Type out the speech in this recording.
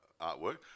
artwork